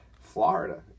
Florida